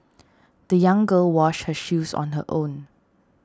the young girl washed her shoes on her own